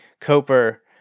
Coper